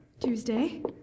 Tuesday